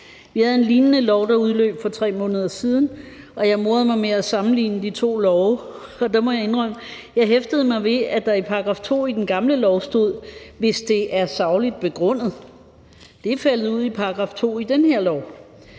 Vi havde en lignende lov, der udløb for 3 måneder siden, og jeg morede mig med at sammenligne de to love, og der må jeg indrømme, at jeg hæftede mig ved, at der i § 2 i den gamle lov stod, »hvis det er sagligt begrundet«. Det er faldet ud i § 2 i den her lov.